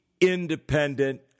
independent